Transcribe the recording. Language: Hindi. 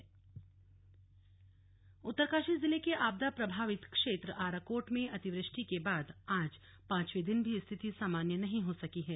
स्लग भवनों को नुकसान उत्तरकाशी जिले के आपदा प्रभावित क्षेत्र आराकोट में अतिवृष्टि के बाद आज पांचवें दिन भी रिथति सामान्य नहीं हो सकी है